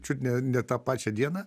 čia ne ne tą pačią dieną